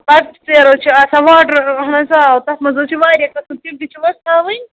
بۄٹہٕ ژیٖر حظ چھِ آسان واٹر اہن حظ آ تَتھ منٛز حظ چھِ واریاہ قٕسٕم تِم تہِ چھِو حظ تھاوٕنۍ